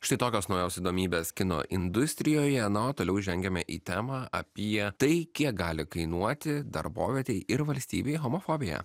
štai tokios naujos įdomybės kino industrijoje na o toliau žengiame į temą apie tai kiek gali kainuoti darbovietei ir valstybei homofobija